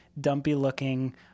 dumpy-looking